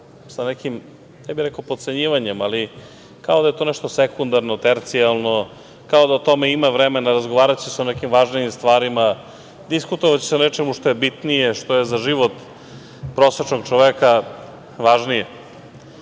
sa nekim, ne bih rekao potcenjivanjem, ali kao da je to nešto sekundarno, tercijalno, kao da ima vremena, razgovaraće se o nekim važnijim stvarima, diskutovaće se o nečemu što je bitnije, što je za život prosečnog čoveka važnije. Pored